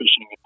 fishing